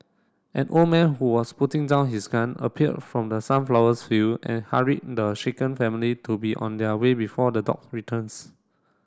an old man who was putting down his gun appeared from the sunflowers field and hurried the shaken family to be on their way before the dog returns